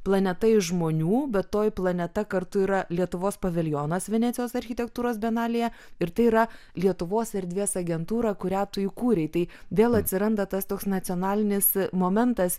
planeta iš žmonių bet toji planeta kartu yra lietuvos paviljonas venecijos architektūros bienalėje ir tai yra lietuvos erdvės agentūra kurią tu įkūrei tai vėl atsiranda tas toks nacionalinis momentas